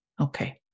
Okay